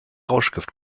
rauschgift